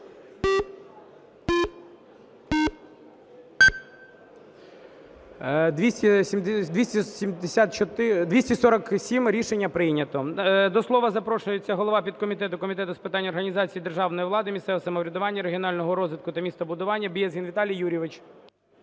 За-247 Рішення прийнято. До слова запрошується голова підкомітету Комітету з питань організації державної влади, місцевого самоврядування, регіонального розвитку та містобудування Безгін Віталій Юрійович.